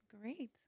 Great